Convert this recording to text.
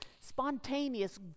spontaneous